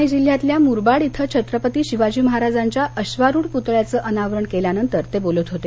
ठाणे जिल्ह्यातल्या मुरबाड इथं छत्रपती शिवाजी महाराजांच्या अधारुढ पुतळ्याचं अनावरण केल्यानंतर ते बोलत होते